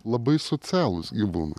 labai socialūs gyvūnai